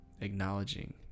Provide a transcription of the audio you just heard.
acknowledging